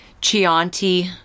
Chianti